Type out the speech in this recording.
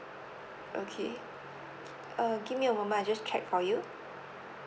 okay uh give me a moment I just check for you